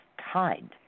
tied